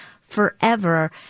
forever